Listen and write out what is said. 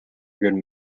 good